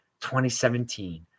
2017